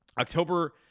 October